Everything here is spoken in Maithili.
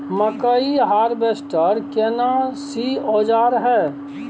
मकई हारवेस्टर केना सी औजार हय?